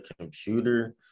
computer